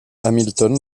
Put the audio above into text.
hamilton